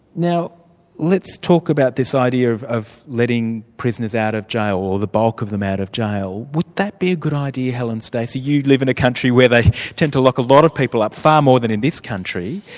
now let's talk about this idea of of letting prisoners out of jail or the bulk of them out of jail. would that be a good idea, helen stacey? you live in a country where they tend to lock a lot of people up, far more than in this country.